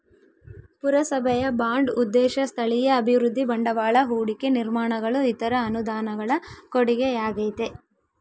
ಪುರಸಭೆಯ ಬಾಂಡ್ ಉದ್ದೇಶ ಸ್ಥಳೀಯ ಅಭಿವೃದ್ಧಿ ಬಂಡವಾಳ ಹೂಡಿಕೆ ನಿರ್ಮಾಣಗಳು ಇತರ ಅನುದಾನಗಳ ಕೊಡುಗೆಯಾಗೈತೆ